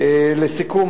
לסיכום,